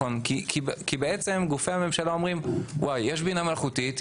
כי גופי הממשלה אומרים: יש בינה מלאכותית,